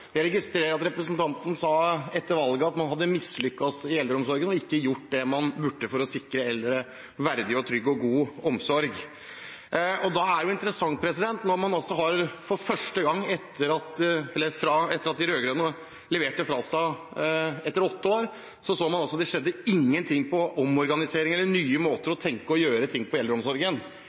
Jeg registrerer at representanten etter valget sa at man hadde mislyktes i eldreomsorgen og ikke gjort det man burde for å sikre eldre en verdig, trygg og god omsorg. Det er interessant at vi etter åtte år med de rød-grønne så at det ikke hadde skjedd noe på omorganisering eller nye måter å tenke og å gjøre ting på innen eldreomsorgen.